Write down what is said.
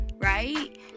right